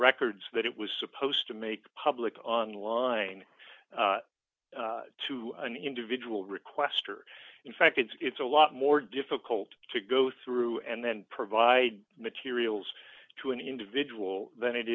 records that it was supposed to make public online to an individual request or in fact it's a lot more difficult to go through and then provide materials to an individual than it